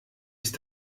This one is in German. ist